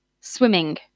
swimming